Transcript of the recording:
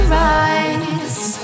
rise